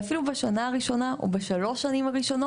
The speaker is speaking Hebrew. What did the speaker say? בשנה הראשונה או אפילו בשלוש השנים הראשונות,